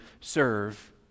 serve